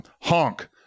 Honk